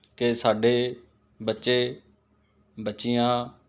ਕਿ ਸਾਡੇ ਬੱਚੇ ਬੱਚੀਆਂ